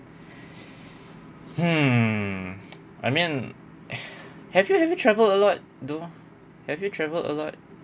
mm I mean have you have you travel a lot though have you travel a lot